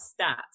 stats